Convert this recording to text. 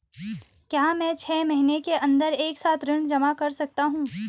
क्या मैं छः महीने के अन्दर एक साथ ऋण जमा कर सकता हूँ?